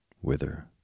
whither